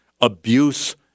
abuse